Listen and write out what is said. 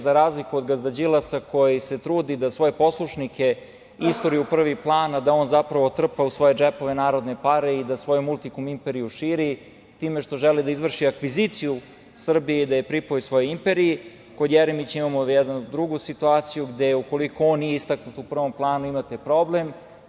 Za razliku od gazda Đilasa koji se trudi da svoje poslušnike isturi u prvi plan, a da zapravo on trpa u svoje džepove narodne pare i da svoju multikom imperiju širi time što želi da izvrši akviziciju Srbije i da je pripoji svojoj imperiji, kod Jeremića imamo jednu drugu situaciju gde ukoliko on nije istaknut u prvom planu imate problem.